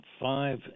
five